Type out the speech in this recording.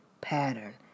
pattern